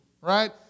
right